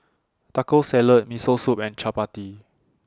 Taco Salad Miso Soup and Chapati